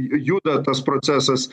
juda tas procesas